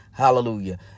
Hallelujah